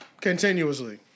continuously